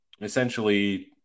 essentially